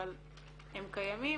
אבל הם קיימים,